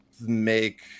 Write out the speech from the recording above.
make